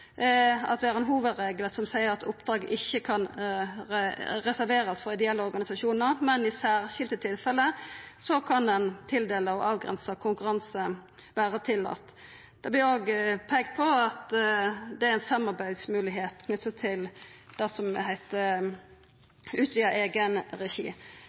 at det er ein hovudregel som seier at oppdrag ikkje kan reserverast for ideelle organisasjonar, men i særskilte tilfelle kan ein tildela, og avgrensa konkurranse kan vera tillate. Det vert òg peikt på at det er ei moglegheit for samarbeid knytt til det som